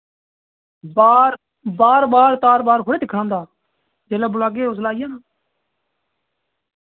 बार बार बार तार बार थोह्ड़े दिक्खना होंदा जिल्लै बुलागे उसलै आई जाना